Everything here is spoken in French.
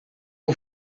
aux